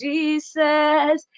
Jesus